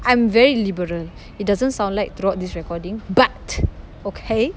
I'm very liberal it doesn't sound like throughout this recording but okay